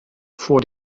vor